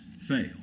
fail